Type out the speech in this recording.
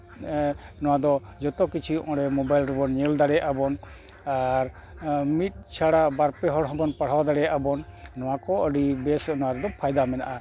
ᱱᱚᱣᱟ ᱫᱚ ᱡᱚᱛᱚ ᱠᱤᱪᱷᱩ ᱚᱱᱮ ᱢᱳᱵᱟᱭᱤᱞ ᱨᱮᱵᱚᱱ ᱧᱮᱞ ᱫᱟᱲᱮᱭᱟᱜᱼᱟ ᱵᱚᱱ ᱟᱨ ᱢᱤᱫ ᱪᱷᱟᱲᱟ ᱵᱟᱨ ᱯᱮ ᱦᱚᱲ ᱦᱚᱸᱵᱚᱱ ᱯᱟᱲᱦᱟᱣ ᱫᱟᱲᱮᱭᱟᱜ ᱟᱵᱚᱱ ᱱᱚᱣᱟ ᱠᱚ ᱟᱹᱰᱤ ᱵᱮᱥ ᱚᱱᱟ ᱨᱮᱫᱚ ᱯᱷᱟᱭᱫᱟ ᱢᱮᱱᱟᱜᱼᱟ